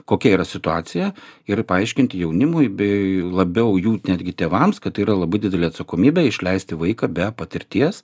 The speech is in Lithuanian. kokia yra situacija ir paaiškinti jaunimui bei labiau jų netgi tėvams kad tai yra labai didelė atsakomybė išleisti vaiką be patirties